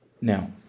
now